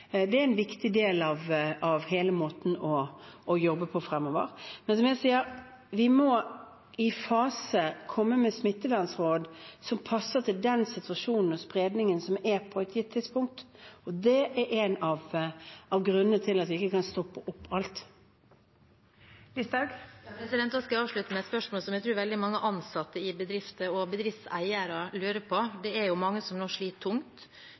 Det er en viktig del av hele måten å jobbe på fremover. Men som jeg sier: Vi må i faser komme med smittevernsråd som passer til den situasjonen og spredningen som er på et gitt tidspunkt, og det er en av grunnene til at vi ikke kan stoppe opp alt. Sylvi Listhaug – til oppfølgingsspørsmål. Da skal jeg avslutte med å spørre om noe jeg tror veldig mange ansatte i bedrifter og bedriftseiere lurer på. Det er mange som nå sliter tungt.